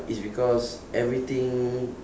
is because everything